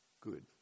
good